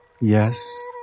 Yes